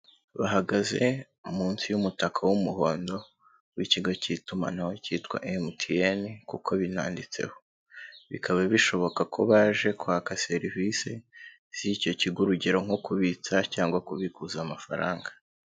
Bahagaze munsi y'umutaka w'umuhondo w'ikigo cy'itumanaho cyitwa MTN, kuko binanditseho bikaba bishoboka ko baje kwaka serivisi z'icyo kigo urugero nko kubitsa cyangwa kubikuza amafaranga.